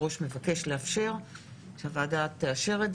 יושב-ראש הכנסת ביקש שהוועדה תאשר את